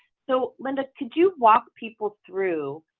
so linda, could you walk people through?